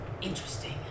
Interesting